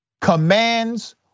commands